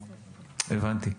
הבנתי.